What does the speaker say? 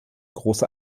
große